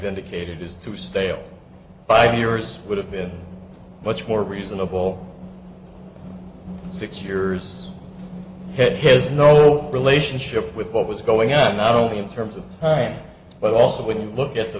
indicated is too stale five years would have been much more reasonable six years ahead has no relationship with what was going on not only in terms of time but also when you look at the